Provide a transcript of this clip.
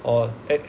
orh ac~